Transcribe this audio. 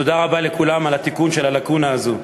תודה רבה לכולם על התיקון של הלקונה הזו.